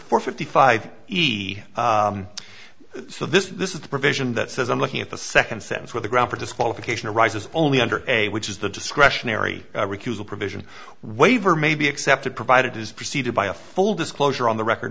four fifty five he so this this is the provision that says i'm looking at the second sentence where the ground for disqualification arises only under a which is the discretionary recusal provision waiver may be accepted provided is preceded by a full disclosure on the record